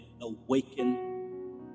awaken